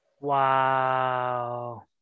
Wow